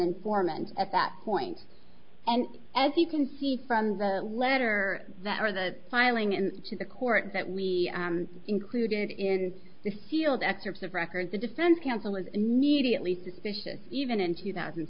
informant at that point and as you can see from the letter that or the filing in to the court that we included in the sealed excerpts of records the defense counsel was immediately suspicious even in two thousand